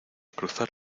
cruzar